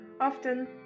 often